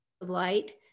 light